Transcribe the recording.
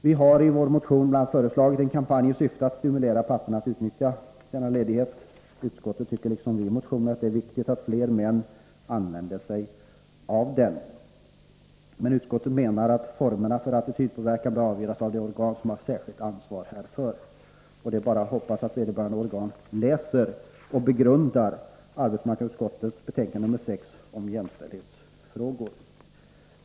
Vi har i vår motion bl.a. föreslagit en kampanj i syfte att stimulera papporna att utnyttja föräldraledigheten. Utskottet tycker liksom vi motionärer att det är viktigt att fler män utnyttjar den, men utskottet menar att formerna för attitydpåverkan bör avgöras av de organ som har särskilt ansvar härför. Det är bara att hoppas att vederbörande organ läser och begrundar arbetsmarknadsutskottets betänkande 6 om jämställdhetsfrågor.